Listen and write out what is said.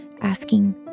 Asking